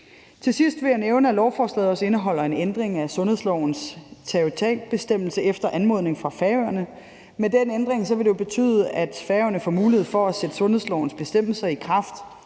Til sidst vil jeg nævne, at lovforslaget også indeholder en ændring af sundhedslovens territorialbestemmelse efter anmodning fra Færøerne. Med den ændring vil det betyde, at Færøerne får mulighed for at sætte sundhedslovens bestemmelser i kraft